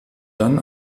dann